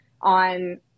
on